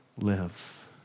live